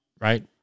right